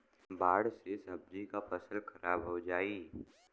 बाढ़ से सब्जी क फसल खराब हो जाई